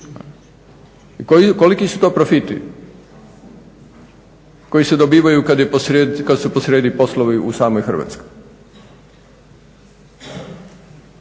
koliki su to profiti koji se dobivaju kad su posrijedi poslovi u samoj Hrvatskoj.